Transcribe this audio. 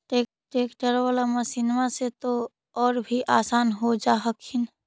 ट्रैक्टरबा बाला मसिन्मा से तो औ भी आसन हो जा हखिन?